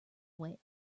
away